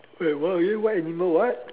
wait what again why animal what